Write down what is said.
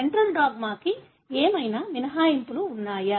central డాగ్మాకి ఏమైనా మినహాయింపులు ఉన్నాయా